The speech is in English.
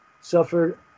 ...suffered